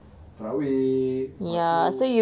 tarawih lepas tu